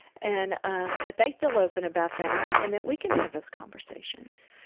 and ah that they feel open about that, and that we can have those conversations.